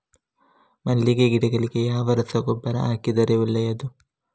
ಮಲ್ಲಿಗೆ ಗಿಡಗಳಿಗೆ ಯಾವ ರಸಗೊಬ್ಬರ ಹಾಕಿದರೆ ಒಳ್ಳೆಯದು?